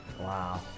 Wow